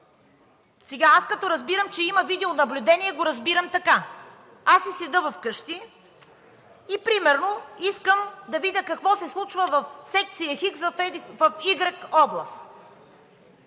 Сега аз като разбирам, че има видеонаблюдение го разбирам така: аз си седя в къщи и примерно искам да видя какво се случва в секция хикс в игрек област.